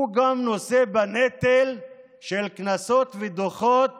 הוא גם נושא בנטל של קנסות ודוחות